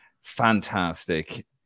Fantastic